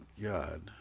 God